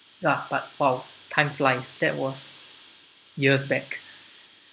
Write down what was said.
ya but !wow! time flies that was years back